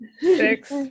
Six